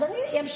אז אני אמשיך,